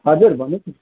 हजुर भन्नुहोस्